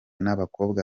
n’abakobwa